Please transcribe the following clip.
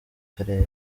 akarere